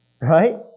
Right